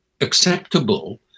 acceptable